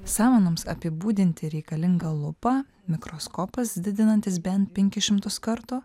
samanoms apibūdinti reikalinga lupa mikroskopas didinantis bent penkis šimtus kartų